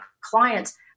clients